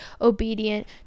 obedient